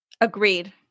Agreed